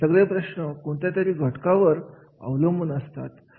हे सगळे प्रश्न कोणत्यातरी घटकावर अवलंबून असतात